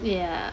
ya